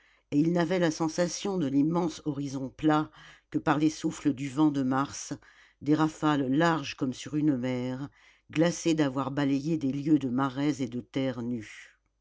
et il n'avait la sensation de l'immense horizon plat que par les souffles du vent de mars des rafales larges comme sur une mer glacées d'avoir balayé des lieues de marais et de terres nues